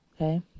okay